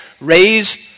raised